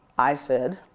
i said,